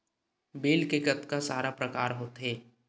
Bill के कतका सारा प्रकार होथे?